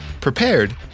prepared